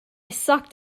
sucked